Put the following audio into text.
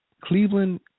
Cleveland